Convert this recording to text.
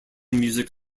music